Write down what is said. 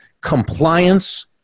compliance